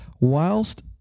whilst